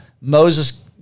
Moses